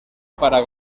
para